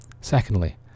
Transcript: Secondly